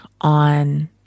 on